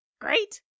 Great